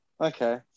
Okay